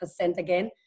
again